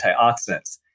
antioxidants